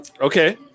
Okay